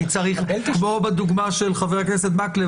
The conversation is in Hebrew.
כמו בדוגמה של חבר הכנסת מקלב,